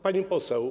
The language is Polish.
Pani Poseł!